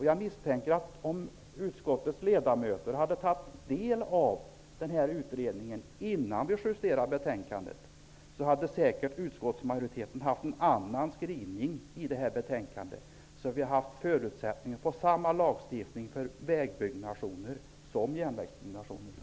Jag misstänker att om utskottets ledamöter hade tagit del av utredningen innan vi justerade betänkandet, hade säkert utskottsmajoriteten haft en annan skrivning i betänkandet. Då hade vi haft förutsättningar att få samma lagstiftning för vägbyggnationer som för järnvägsbyggnationer.